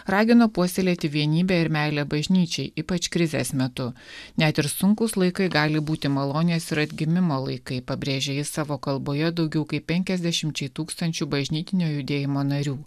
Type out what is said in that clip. ragino puoselėti vienybę ir meilę bažnyčiai ypač krizės metu net ir sunkūs laikai gali būti malonės ir atgimimo laikai pabrėžė jis savo kalboje daugiau kaip penkiasdešimčiai tūkstančių bažnytinio judėjimo narių